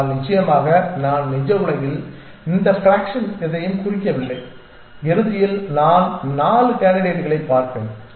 ஆனால் நிச்சயமாக நான் நிஜ உலகில் இந்த ஃபிராக்ஷன் எதையும் குறிக்கவில்லை இறுதியில் நான் 4 கேண்டிடேட்களைப் பார்ப்பேன்